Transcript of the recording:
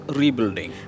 rebuilding